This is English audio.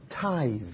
tithes